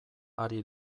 ari